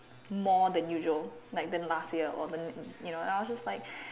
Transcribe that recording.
more than usual than last year and I was just like